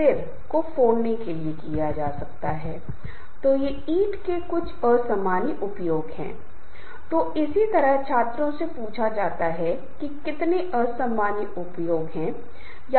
इसलिए मैत्री समूह ऐसे सदस्यों द्वारा बनाए जाते हैं जो समान सामाजिक गतिविधियों राजनीतिक विश्वासों धार्मिक मूल्यों या अन्य सामान्य बंधनों का आनंद लेते हैं सदस्य एक दूसरे की कंपनी का आनंद लेते हैं और अक्सर इन गतिविधियों में भाग लेने के लिए काम के बाद मिलते हैं